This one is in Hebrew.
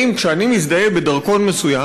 כשאני מזדהה בדרכון מסוים,